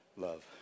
love